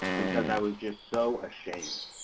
because i was just so ashamed.